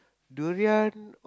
durian